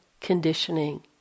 conditioning